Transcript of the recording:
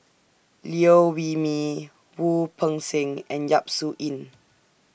Liew Wee Mee Wu Peng Seng and Yap Su Yin